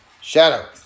Shadow